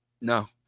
No